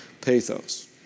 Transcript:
pathos